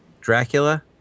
Dracula